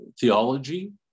theology